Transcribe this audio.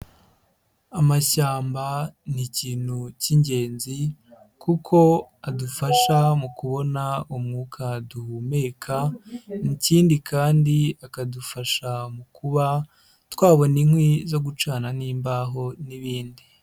Amashyamba ni ikintu cy'ingenzi kuko adufasha mu kubona umwuka duhumeka, ikindi kandi akadufasha mu kuba twabona inkwi zo gucana nk'imbaho n'ibindi.